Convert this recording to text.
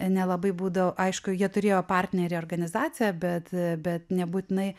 nelabai būdavo aišku jie turėjo partnerį organizaciją bet bet nebūtinai